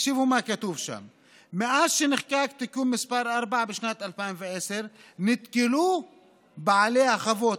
תקשיבו מה כתוב שם: מאז שנחקק תיקון מס' 4 בשנת 2010 נתקלו בעלי החוות,